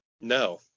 No